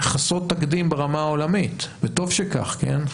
חסרות תקדים ברמה העולמית, וטוב שכך, כן?